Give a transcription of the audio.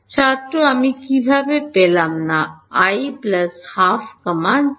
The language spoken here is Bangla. ছাত্র আমি কীভাবে পেলাম না i 12 j